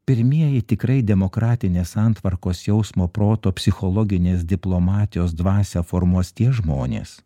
pirmieji tikrai demokratinės santvarkos jausmo proto psichologinės diplomatijos dvasią formuos tie žmonės